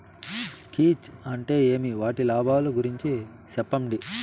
కీచ్ అంటే ఏమి? వాటి లాభాలు గురించి సెప్పండి?